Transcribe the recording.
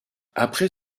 après